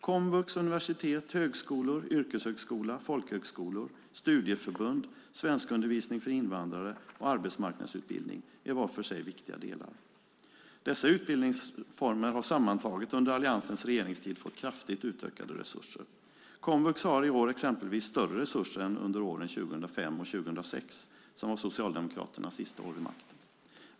Komvux, universitet, högskolor, yrkeshögskola, folkhögskolor, studieförbund, svenskundervisning för invandrare och arbetsmarknadsutbildning är var för sig viktiga delar. Dessa utbildningsformer har sammantaget under Alliansens regeringstid fått kraftigt utökade resurser. Komvux har i år exempelvis större resurser än under åren 2005 och 2006, som var Socialdemokraternas sista år vid makten.